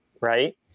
right